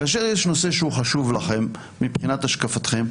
כאשר יש נושא שהוא חשוב לכם מבחינת השקפתכם,